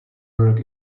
work